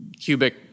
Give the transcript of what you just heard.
cubic